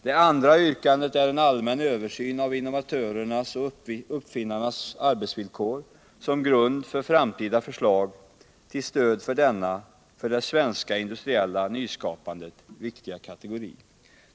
Det andra yrkandet är en allmän översyn av innovatörernas/uppfinnarnas arbetsvillkor som grund för framtida förslag till stöd för denna för det svenska industriella nyskapandet viktiga kategori.